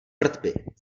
vrtby